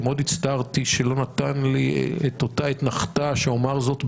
שמאוד הצטערתי שלא נתן לי את אותה אתנחתה שאומר זאת בפניו,